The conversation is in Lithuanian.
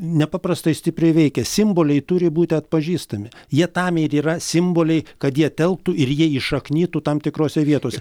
nepaprastai stipriai veikia simboliai turi būti atpažįstami jie tam ir yra simboliai kad jie telktų ir jie įšaknytų tam tikrose vietose